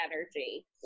energy